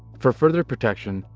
for further protection,